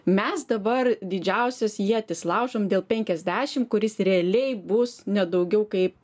mes dabar didžiausias ietis laužom dėl penkiasdešim kuris realiai bus ne daugiau kaip